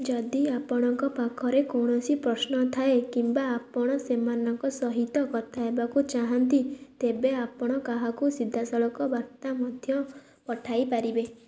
ଯଦି ଆପଣଙ୍କ ପାଖରେ କୌଣସି ପ୍ରଶ୍ନ ଥାଏ କିମ୍ବା ଆପଣ ସେମାନଙ୍କ ସହିତ କଥା ହେବାକୁ ଚାହାଁନ୍ତି ତେବେ ଆପଣ କାହାକୁ ସିଧାସଳଖ ବାର୍ତ୍ତା ମଧ୍ୟ ପଠାଇ ପାରିବେ